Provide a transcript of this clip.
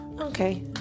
okay